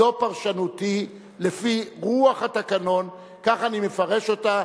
זו פרשנותי לפי רוח התקנון, כך אני מפרש אותה.